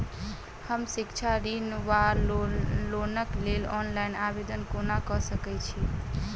हम शिक्षा ऋण वा लोनक लेल ऑनलाइन आवेदन कोना कऽ सकैत छी?